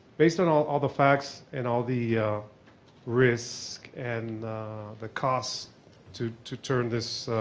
based on all all the facts and all the risk and the costs to to turn this